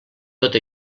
tot